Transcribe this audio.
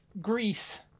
Greece